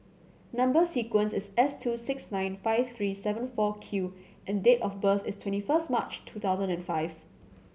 number sequence is S two six nine five three seven four Q and date of birth is twenty first March two thousand and five